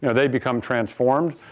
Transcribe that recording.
yeah they become transformed.